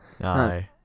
Aye